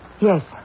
Yes